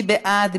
מי בעד?